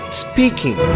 speaking